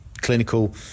clinical